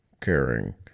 caring